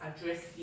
address